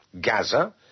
Gaza